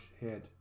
head